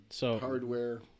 hardware